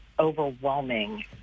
overwhelming